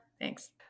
Thanks